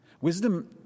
Wisdom